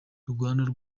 rwanda